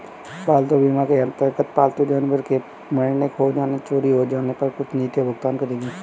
पालतू बीमा के अंतर्गत पालतू जानवर के मरने, खो जाने, चोरी हो जाने पर कुछ नीतियां भुगतान करेंगी